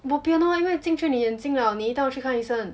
bo bian lor 因为进去你眼睛了你一定要去看医生